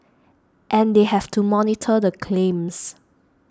and they have to monitor the claims